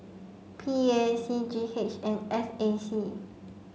P A C G H and S A C